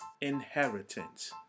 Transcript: inheritance